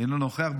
אינו נוכח,